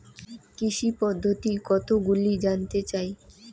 কৃষি পদ্ধতি কতগুলি জানতে চাই?